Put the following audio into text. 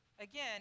again